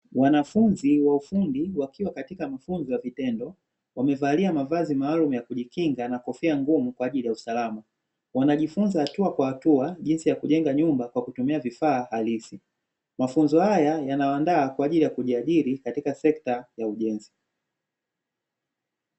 Wanafunzi wa ufundi, wakiwa katika mafunzo ya vitendo, wamevalia mavazi maalumu ya kujikinga na kofia ngumu kwa ajili ya usalama, wanajifunza hatua kwa hatua jinsi ya kujenga nyumba kwa kutumia vifaa halisi. Mafunzo haya yanawandaa kwa ajili ya kujiajiri katika sekta ya ujenzi.